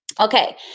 Okay